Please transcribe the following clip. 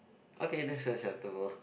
okay that's acceptable